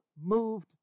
moved